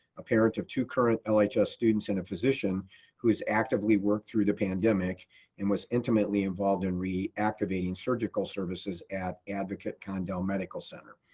a parent of two current lhs like students and a physician who has actively worked through the pandemic and was intimately involved in reactivating surgical services at advocate candell medical center.